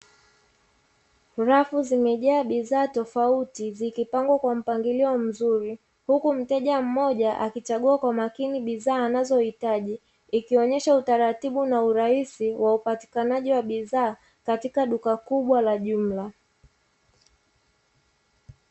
Rafu zimejaa bidhaa tofauti zikipangwa kwa moangilio mzuri huku mteja mmoja akichagua kwa makini bidhaa anazohitaji, ikionesha utaratibu na urahisi wa upatikanaji wa bishaa katika duka kubwa.